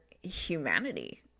humanity